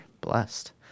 Blessed